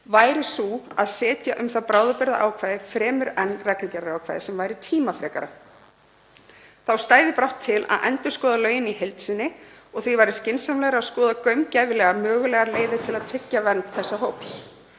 væri sú að setja um það bráðabirgðaákvæði fremur en reglugerðarákvæði, sem væri tímafrekara. Þá stæði brátt til að endurskoða lögin í heild sinni og því skynsamlegra að skoða gaumgæfilega mögulegar leiðir til að tryggja vernd þessa hóps.